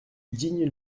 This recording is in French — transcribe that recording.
digne